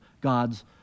God's